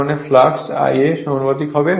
তার মানে flux Ia সমানুপাতিক হবে